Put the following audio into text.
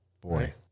Boy